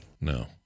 No